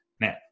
Now